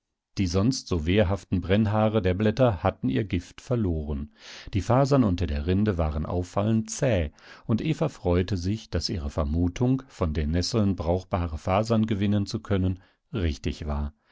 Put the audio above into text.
die sonst so wehrhaften brennhaare der blätter hatten ihr gift verloren die fasern unter der rinde waren auffallend zäh und eva freute sich daß ihre vermutung von den nesseln brauchbare fasern gewinnen zu können richtig war